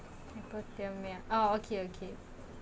people tell me oh okay okay